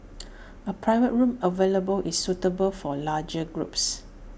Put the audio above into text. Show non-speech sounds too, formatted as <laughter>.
<noise> A private room available is suitable for large groups